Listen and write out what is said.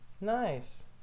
Nice